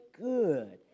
good